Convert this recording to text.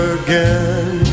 again